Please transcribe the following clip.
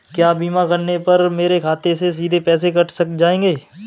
क्या बीमा करने पर मेरे खाते से सीधे पैसे कट जाएंगे?